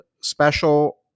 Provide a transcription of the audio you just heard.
special